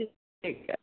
सही आहे